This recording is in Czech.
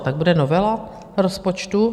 Tak bude novela rozpočtu?